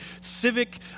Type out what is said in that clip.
civic